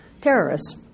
terrorists